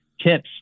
tips